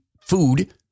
food